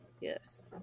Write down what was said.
yes